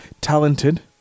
talented